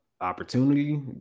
opportunity